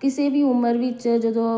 ਕਿਸੇ ਵੀ ਉਮਰ ਵਿੱਚ ਜਦੋਂ